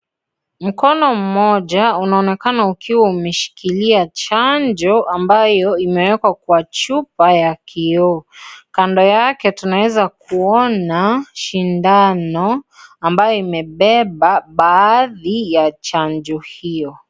Mkono mmoja unaonekana ukiwa umeshikilia chanjo ambayo imeekwa kwa chupa ya kioo, kando yake tunaeza kuona shindano ambayo imebeba baadhi ya chanjo hiyo.